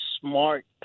smart